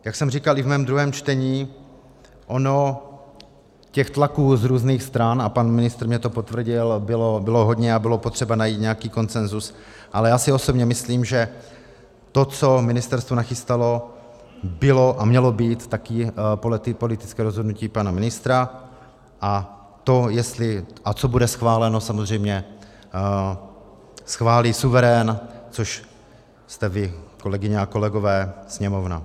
Jak jsem říkal i ve svém druhém čtení, ono těch tlaků z různých stran a pan ministr mně to potvrdil bylo hodně a bylo potřeba najít nějaký konsenzus, ale já si osobně myslím, že to, co ministerstvo nachystalo, bylo a mělo být taky politické rozhodnutí pana ministra, a to, jestli a co bude schváleno, samozřejmě schválí suverén, což jste vy, kolegyně a kolegové, Sněmovna.